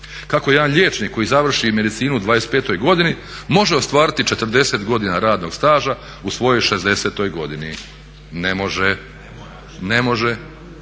kako jedan liječnik koji završi medicinu u 25 godini može ostvariti 40 godina radnog staža u svojoj 60.-oj godini? Ne može, ne može,